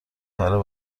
فرا